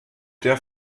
der